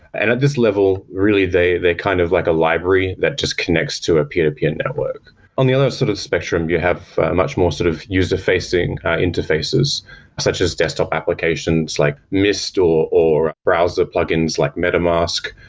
and at this level, really, they're kind of like a library that just connects to a peer-to-peer network on the other sort of spectrum, you have ah much more sort of user-facing interfaces such as desktop applications, like mist or or browser plugins like metamask,